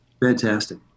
Fantastic